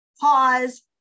pause